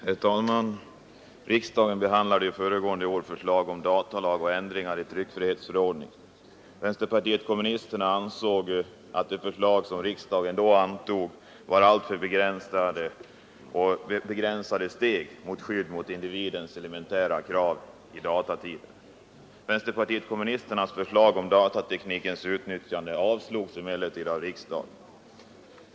Herr talman! Riksdagen behandlade föregående år förslag om datalag och ändringar i tryckfrihetsförordningen. Vänsterpartiet kommunisterna ansåg att de förslag som riksdagen då antog var alltför begränsade steg mot ett skydd för individens elementära krav i datatiden. Vänsterpartiet kommunisternas förslag om datateknikens utnyttjande avslogs emellertid av riksdagen.